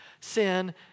sin